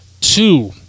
two